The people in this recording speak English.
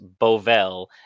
Bovell